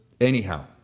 Anyhow